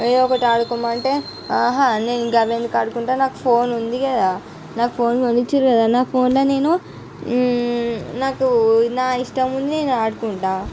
ఏయో ఒకటి ఆడుకోమంటే ఆహా నేను గవెందుకు ఆడుకుంటా నాకు ఫోన్ ఉంది గదా నాకు ఫోన్ గొనిచ్చిరు కదా నా ఫోన్ల నేను నాకు నా ఇష్టమైంది నేను ఆడుకుంటా